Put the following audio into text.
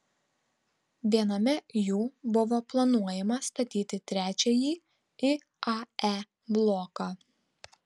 viename jų buvo planuojama statyti trečiąjį iae bloką